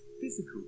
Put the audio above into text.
physical